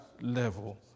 level